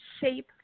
shape